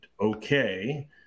okay